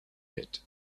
pit